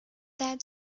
dead